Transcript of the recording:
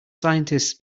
scientists